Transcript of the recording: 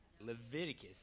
Leviticus